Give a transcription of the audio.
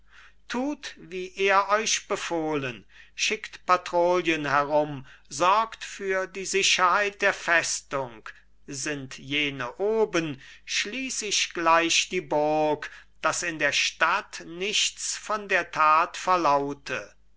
tut wie er euch befohlen schickt patrouillen herum sorgt für die sicherheit der festung sind jene oben schließ ich gleich die burg daß in der stadt nichts von der tat verlaute